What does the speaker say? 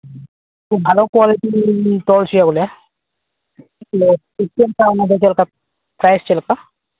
ᱠᱷᱩᱵ ᱵᱷᱟᱞᱚ ᱠᱚᱣᱟᱞᱤᱴᱤ ᱜᱤᱧ ᱛᱚᱞ ᱦᱚᱪᱚᱭᱟ ᱵᱚᱞᱮ ᱥᱤᱥᱴᱮᱢ ᱴᱟᱜ ᱚᱱᱟᱫᱚ ᱪᱮᱫ ᱞᱮᱠᱟ ᱯᱨᱟᱭᱤᱡᱽ ᱪᱮᱫ ᱞᱮᱠᱟ